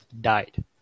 died